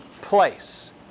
place